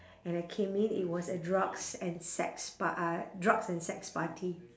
and I came in it was a drugs and sex par~ uh drugs and sex party